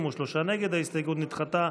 הסתייגות 45 לא נתקבלה.